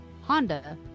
Honda